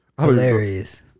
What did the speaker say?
hilarious